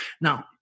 Now